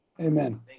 Amen